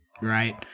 right